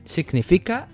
Significa